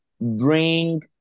bring